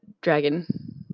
dragon